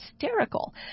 hysterical